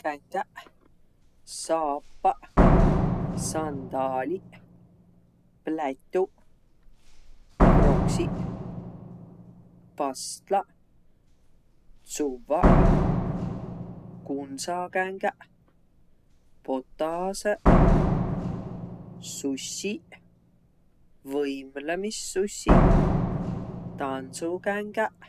Kängäq, saapaq, sandaaliq, plätuq, kroksiq, pastlaq, tsuvvaq, kundsakängäq, botasõq, sussiq, võimlõmissussiq, tandsukängäq.